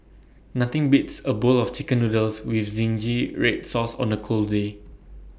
nothing beats A bowl of Chicken Noodles with Zingy Red Sauce on A cold day